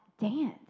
dance